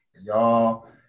y'all